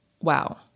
wow